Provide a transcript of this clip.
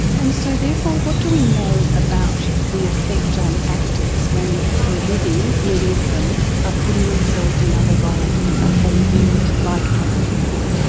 and so therefore what do we know about the effect on actors when, for a living, many of them are putting themselves in other roles and behaving like other people.